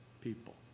people